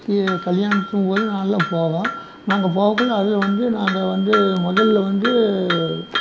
கல்யாணத்தின் போது நாளில் போவோம் நாங்கள் போக்குள்ளே அதில் வந்து நாங்கள் வந்து முதலில் வந்து